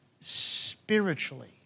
spiritually